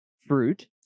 fruit